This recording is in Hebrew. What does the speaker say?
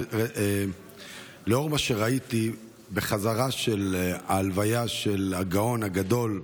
לאור מה שראיתי בחזרה מההלוויה של הגאון הגדול,